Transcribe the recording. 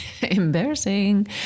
Embarrassing